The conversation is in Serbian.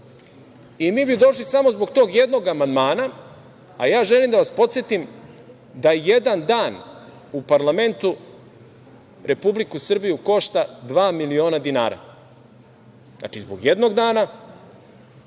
i mi bi došli samo zbog tog jednog amandmana, a ja želim da vas podsetim da jedan dan u parlamentu Republiku Srbiju košta dva miliona dinara. Znači, zbog jednog dana